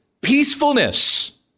peacefulness